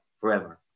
forever